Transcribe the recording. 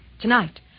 tonight